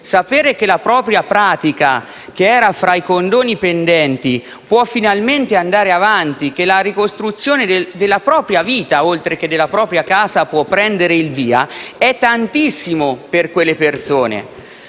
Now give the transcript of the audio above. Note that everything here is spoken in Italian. Sapere che la propria pratica, che giaceva fra i condoni pendenti, può finalmente andare avanti; che la ricostruzione della propria vita, oltre che della propria casa, può prendere il via, è tantissimo per quelle persone.